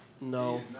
No